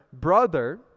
brother